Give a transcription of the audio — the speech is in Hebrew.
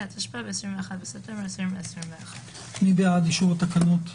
התשפ"ב (21 בספטמבר 2021). מי בעד אישור התקנות?